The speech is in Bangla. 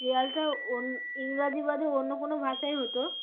সিরিয়ালটা অ ইংরাজি বাদে অন্য কোনো ভাষায় হতো